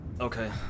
Okay